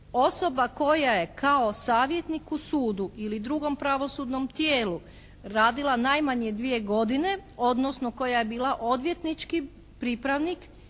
“osoba koja je kao savjetnik u sudu ili drugom pravosudnom tijelu radila najmanje dvije godine, odnosno koja je bila odvjetnički pripravnik